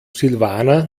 silvana